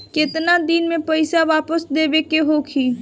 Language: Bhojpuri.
केतना दिन में पैसा वापस देवे के होखी?